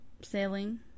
sailing